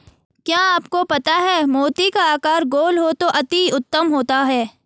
क्या आपको पता है मोती का आकार गोल हो तो अति उत्तम होता है